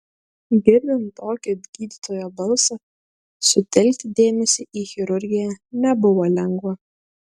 girdint tokį gydytojo balsą sutelkti dėmesį į chirurgiją nebuvo lengva